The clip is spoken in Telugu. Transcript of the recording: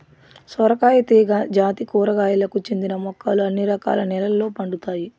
సొరకాయ తీగ జాతి కూరగాయలకు చెందిన మొక్కలు అన్ని రకాల నెలల్లో పండుతాయి